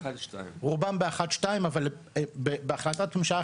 רובן באחת שתיים אבל בהחלטת ממשלה,